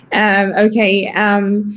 Okay